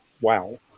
Wow